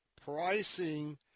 pricing